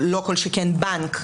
לא כל שכן בנק,